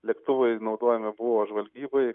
lėktuvai naudojami buvo žvalgybai